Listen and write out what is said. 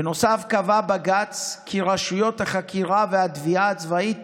בנוסף קבע בג"ץ כי רשויות החקירה והתביעה הצבאית